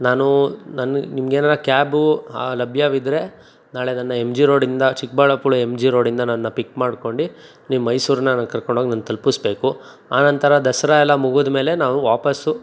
ನಾನು ನನ್ನ ನಿಮ್ಗೆನಾರ ಕ್ಯಾಬು ಲಭ್ಯವಿದ್ರೆ ನಾಳೆ ನನ್ನ ಎಮ್ ಜಿ ರೋಡಿಂದ ಚಿಕ್ಕಬಳ್ಳಾಪುರ ಎಮ್ ಜಿ ರೋಡಿಂದ ನನ್ನ ಪಿಕ್ ಮಾಡ್ಕೊಂಡು ನೀವು ಮೈಸೂರಿನಾಗೆ ಕರ್ಕೊಂಡೋಗಿ ನನ್ನ ತಲುಪಿಸ್ಬೇಕು ಆ ನಂತರ ದಸರಾ ಎಲ್ಲ ಮುಗಿದ ಮೇಲೆ ನಾವು ವಾಪಸ್ಸು